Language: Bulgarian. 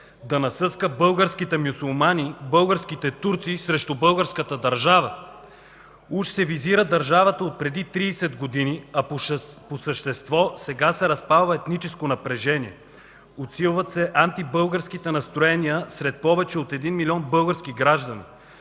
Да насъска българските мюсюлмани, българските турци срещу българската държава? Уж се визира българската държава отпреди 30 години, а по същество сега се разпалва етническо напрежение, усилват се антибългарските настроения сред повече от един милион български граждани.